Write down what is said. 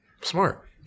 Smart